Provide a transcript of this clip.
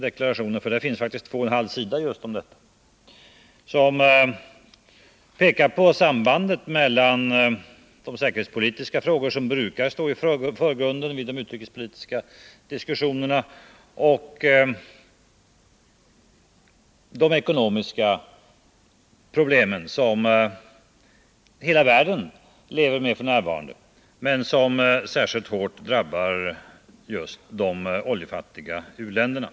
Där finns faktiskt två och en halv sida just om detta. Där pekas på sambandet mellan de säkerhetspolitiska frågorna som brukar stå i förgrunden vid de utrikespolitiska diskussionerna och de ekonomiska problem som hela världen lever med f. n., men som särskilt hårt drabbar just de oljefattiga u-länderna.